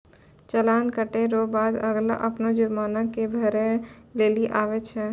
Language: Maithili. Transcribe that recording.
चालान कटे रो बाद अगला अपनो जुर्माना के भरै लेली आवै छै